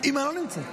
אימא לא נמצאת.